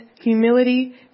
humility